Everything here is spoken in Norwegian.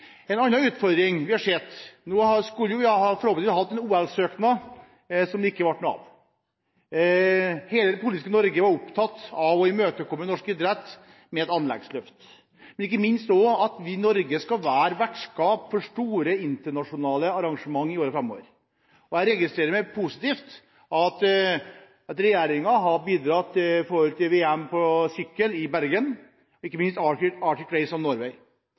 Vi skulle ha hatt en OL-søknad som det ikke ble noe av. Hele det politiske Norge var opptatt av å imøtekomme norsk idrett med et anleggsløft og ikke minst av at vi i Norge skal være vertskap for store internasjonale arrangement i årene framover. Jeg registrerer som positivt at regjeringen har bidratt til VM på sykkel i Bergen, ikke minst Arctic Race of Norway.